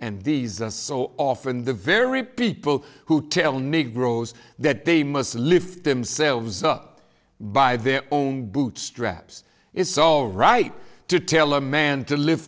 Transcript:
and these are so often the very people who tell negroes that they must lift themselves up by their own bootstraps it's all right to tell a man to lift